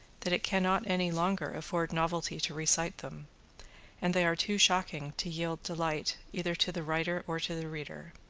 that it cannot any longer afford novelty to recite them and they are too shocking to yield delight either to the writer or the reader.